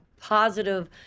positive